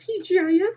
TGIF